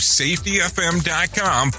safetyfm.com